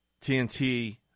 TNT